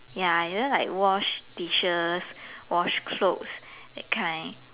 ya you know like wash dishes wash clothes that kind